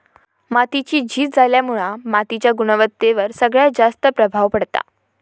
मातीची झीज झाल्यामुळा मातीच्या गुणवत्तेवर सगळ्यात जास्त प्रभाव पडता